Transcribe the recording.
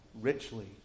richly